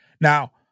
Now